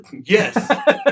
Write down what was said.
Yes